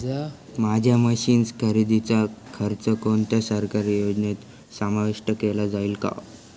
माझ्या मशीन्स खरेदीचा खर्च कोणत्या सरकारी योजनेत समाविष्ट केला जाईल का?